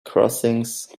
crossings